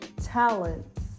talents